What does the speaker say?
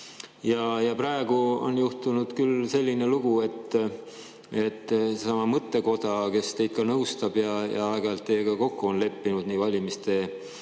Praegu on juhtunud küll selline lugu, et sama mõttekoda, kes teid nõustab ja aeg-ajalt on teiega kokku leppinud nii valimiste eel